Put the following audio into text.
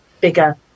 bigger